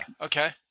Okay